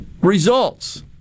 results